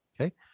Okay